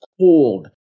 cold